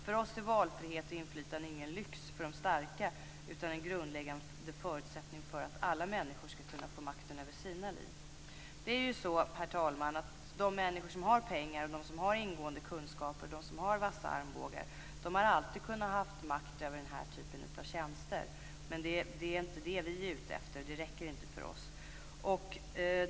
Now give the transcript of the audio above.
För oss är valfrihet och inflytande ingen lyx för de starka utan en grundläggande förutsättning för att alla människor skall kunna ha makten över sina liv. Det är så, herr talman, att de människor som har pengar och som har ingående kunskaper och vassa armbågar har alltid kunnat ha makt över den här typen av tjänster. Det är inte det vi är ute efter, det räcker inte för oss.